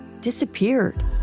disappeared